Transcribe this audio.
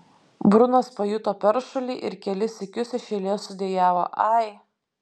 brunas pajuto peršulį ir kelis sykius iš eilės sudejavo ai